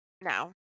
now